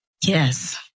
Yes